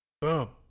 Boom